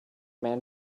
man